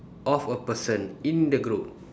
of a person in the group